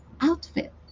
outfit